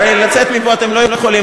הרי לצאת מפה אתם לא יכולים,